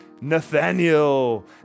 Nathaniel